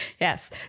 Yes